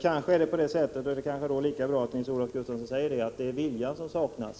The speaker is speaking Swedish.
Kanske är det viljan som saknas, och då är det lika bra att Nils-Olof Gustafsson erkänner det.